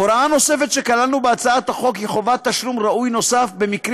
הוראה נוספת שכללנו בהצעת החוק היא חובת תשלום ראוי נוסף במקרים